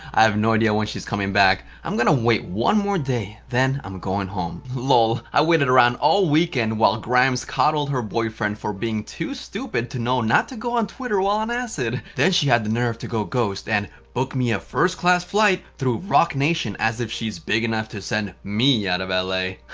i have no idea when she's coming back. i'm gonna wait one more day then i'm going home. lol, i waited around all weekend while grimes coddled her boyfriend for being too stupid to know not to go on twitter while on acid. then she had the nerve to go ghost and book me a first-class flight through roc nation as if she's big enough to send me out of la.